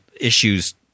issues